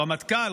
רמטכ"ל?